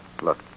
Look